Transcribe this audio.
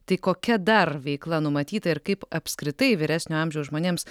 tai kokia dar veikla numatyta ir kaip apskritai vyresnio amžiaus žmonėms